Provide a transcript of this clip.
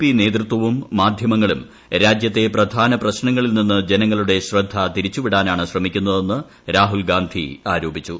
P നേതൃത്വവും മാധ്യ്മുങ്ങളും രാജ്യത്തെ പ്രധാന പ്രശ്നങ്ങളിൽ നിന്ന് ജനങ്ങളുടെ ശ്രദ്ധ തിരിച്ചുപ്പിടാനാണ് ശ്രമിക്കുന്നതെന്ന് രാഹുൽഗാന്ധി ആരോപിച്ചു